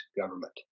government